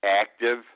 active